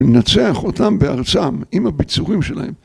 ננצח אותם בארצם עם הביצורים שלהם.